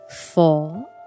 four